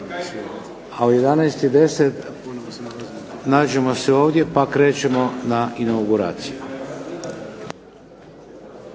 U 11,10 sati nađemo se ovdje pa krećemo na inauguraciju.